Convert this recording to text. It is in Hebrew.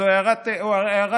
זו הערת צד.